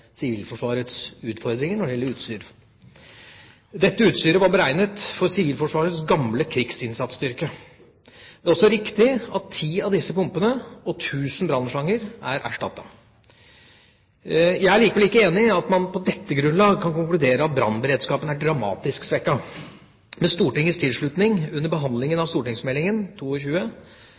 Sivilforsvarets utfordringer når det gjelder utstyr. Dette utstyret var beregnet for Sivilforsvarets gamle krigsinnsatsstyrke. Det er også riktig at ti av disse pumpene og 1 000 brannslanger er erstattet. Jeg er likevel ikke enig i at man på dette grunnlag kan konkludere med at brannberedskapen er dramatisk svekket. Med Stortingets tilslutning under behandlingen av